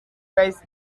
face